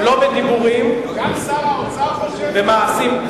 לא בדיבורים, במעשים.